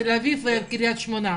תל אביב מול קריית שמונה.